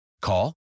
Call